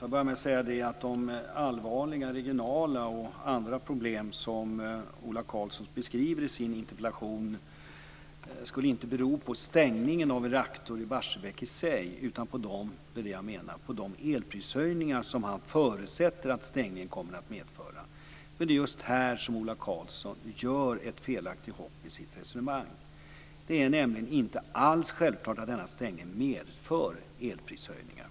De allvarliga regionala och andra problem som Ola Karlsson beskriver i sin interpellation skulle alltså inte bero på stängningen av en reaktor i Barsebäck i sig utan på de elprishöjningar som han förutsätter att stängningen kommer att medföra. Men det är just här som Ola Karlsson gör ett felaktigt hopp i sitt resonemang. Det är nämligen inte alls självklart att denna stängning medför elprishöjningar.